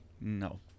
No